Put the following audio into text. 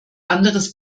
anderes